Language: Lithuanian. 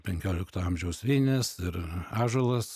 penkiolikto amžiaus vinys ir ąžuolas